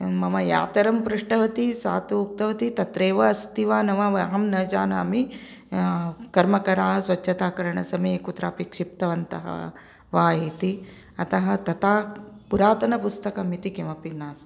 मम यातरं पृष्टवती सा तु उक्तवती तत्रैव अस्ति वा न वा अहं न जानामि कर्मकराः स्वच्छताकरणसमये कुत्रापि क्षिप्तवन्तः वा इति अतः तथा पुरातनपुस्तकम् इति किमपि नास्ति